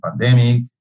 pandemic